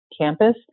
campus